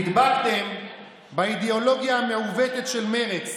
נדבקתם באידיאולוגיה המעוותת של מרצ.